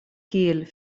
kiel